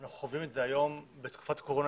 אנחנו חווים את זה היום בתקופת קורונה